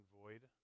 void